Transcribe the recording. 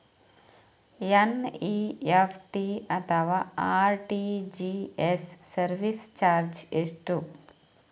NEFT ಅಥವಾ RTGS service charge ಎಷ್ಟು?